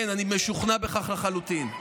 כן, אני משוכנע בכך לחלוטין.